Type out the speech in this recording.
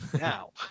Now